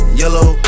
yellow